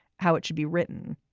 how it should be written.